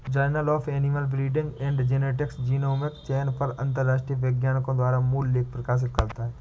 journal of animal breeding and genetics genomic चयन पर अंतरराष्ट्रीय वैज्ञानिकों द्वारा मूल लेख प्रकाशित करता है